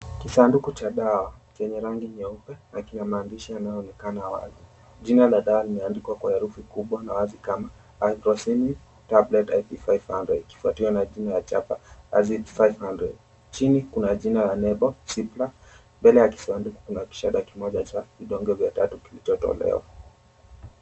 Kisanduku cha dawa chenye rangi nyeupe na kina maandishi ambayo yanayoonekana wazi. Jina la dawa limeandikwa kwa herufi kubwa na wazi kama "Azithromycin Tablets IP 500" ikifuatiwa na jina la chapa" AZICIP-500". Chini kuna jina la nembo "Cipla" . Mbele ya kisanduku kuna kishada kimoja cha vidonge vitatu vilivyotolewa.